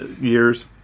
years